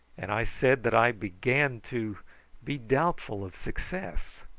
and i said that i began to be doubtful of success.